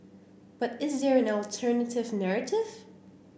but is there an alternative narrative